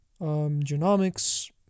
genomics